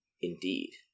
Indeed